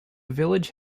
village